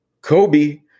Kobe